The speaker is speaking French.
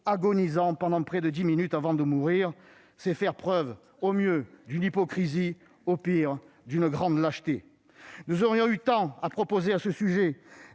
agonisant pendant près de dix minutes avant de mourir. C'est faire preuve au mieux d'une hypocrisie, au pire d'une grande lâcheté. Nous aurions eu tant à proposer à ce sujet